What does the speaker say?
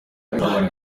bigoranye